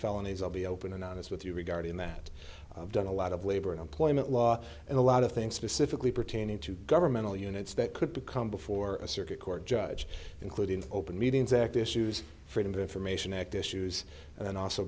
felonies i'll be open and honest with you regarding that i've done a lot of labor and employment law and a lot of things specifically pertaining to governmental units that could become before a circuit court judge including open meetings act issues freedom of information act issues and